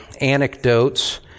anecdotes